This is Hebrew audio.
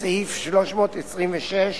סעיף 326